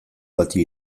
bati